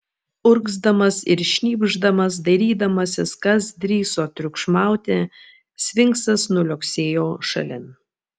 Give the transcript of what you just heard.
urgzdamas ir šnypšdamas dairydamasis kas drįso triukšmauti sfinksas nuliuoksėjo šalin